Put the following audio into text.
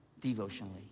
devotionally